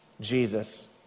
Jesus